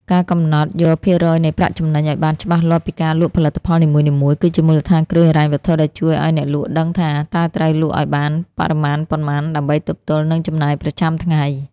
ការកំណត់យកភាគរយនៃប្រាក់ចំណេញឱ្យបានច្បាស់លាស់ពីការលក់ផលិតផលនីមួយៗ គឺជាមូលដ្ឋានគ្រឹះហិរញ្ញវត្ថុដែលជួយឱ្យអ្នកលក់ដឹងថា តើត្រូវលក់ឱ្យបានបរិមាណប៉ុន្មានដើម្បីទប់ទល់នឹងចំណាយប្រចាំថ្ងៃ។